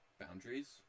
boundaries